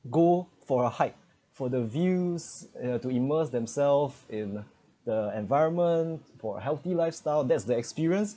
go for a hike for the views uh to immerse themselves in the environment for healthy lifestyle that's the experience